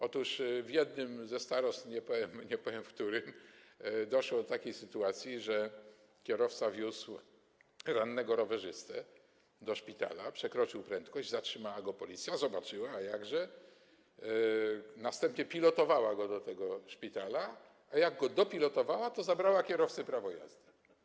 Otóż w jednym z powiatów - nie powiem, w którym - doszło do takiej sytuacji, że kierowca wiózł rannego rowerzystę do szpitala, przekroczył prędkość, zatrzymała go policja, zobaczyła, a jakże, następnie pilotowała go do tego szpitala, a jak go dopilotowała, to zabrała kierowcy prawo jazdy.